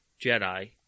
Jedi